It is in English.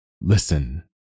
Listen